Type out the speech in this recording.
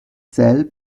sel